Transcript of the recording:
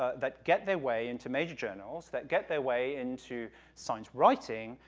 ah that get their way into major journals, that get their way into science writing,